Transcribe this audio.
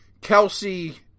Kelsey